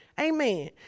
Amen